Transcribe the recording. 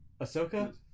Ahsoka